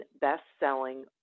best-selling